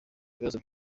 ibibazo